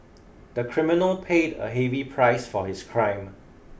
the criminal paid a heavy price for his crime